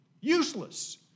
useless